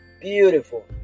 beautiful